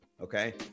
Okay